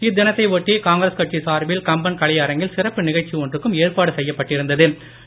இத்தினத்தை டுட்டி காங்கிரஸ் கட்சி சார்பில் கம்பன் கலை அரங்கில் சிறப்பு நிகழ்ச்சி ஒன்றுக்கும் ஏற்பாடு செய்யப்பட்டிருந்த்து